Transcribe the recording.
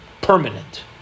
permanent